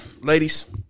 ladies